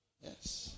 yes